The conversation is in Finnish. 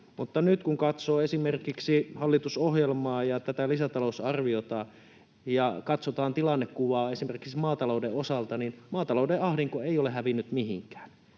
Mutta nyt kun katsoo esimerkiksi hallitusohjelmaa ja tätä lisätalousarviota ja katsotaan tilannekuvaa esimerkiksi maatalouden osalta, niin maatalouden ahdinko ei ole hävinnyt mihinkään.